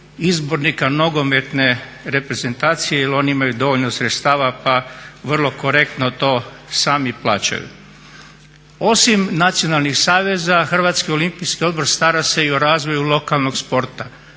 izbornika nogometne reprezentacije jer oni imaju dovoljno sredstava pa vrlo korektno to sami plaćaju. Osim nacionalnih saveza HOO stara se i o razvoju lokalnog sporta.